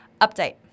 Update